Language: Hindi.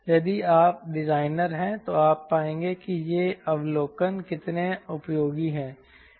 यदि आप डिजाइनर हैं तो आप पाएंगे कि ये अवलोकन कितने उपयोगी हैं